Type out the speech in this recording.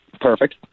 Perfect